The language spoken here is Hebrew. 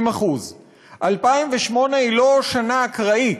2008 היא לא שנה אקראית,